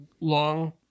long